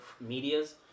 media's